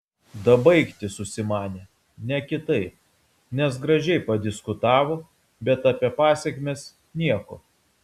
dabaigti susimanė ne kitaip nes gražiai padiskutavo bet apie pasekmes nieko